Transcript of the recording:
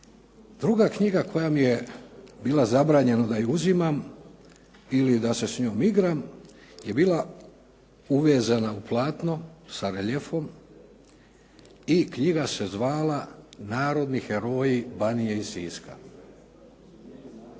druga knjiga koja mi je bila zabranjena da je uzimam ili da se s njom igram je bila uvezana u platno sa reljefom i knjiga se zvala "Narodni heroji Banije i Siska".